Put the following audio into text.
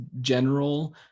general